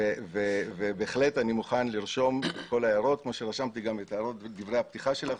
אני בהחלט מוכן לרשום את כל ההערות כמו שרשמתי גם את דברי הפתיחה שלך,